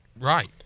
Right